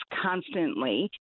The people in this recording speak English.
constantly